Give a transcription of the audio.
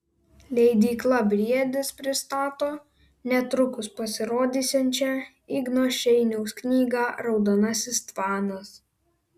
leidykla briedis pristato netrukus pasirodysiančią igno šeiniaus knygą raudonasis tvanas